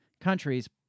countries